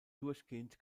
durchgehend